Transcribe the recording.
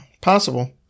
Possible